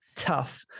Tough